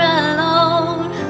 alone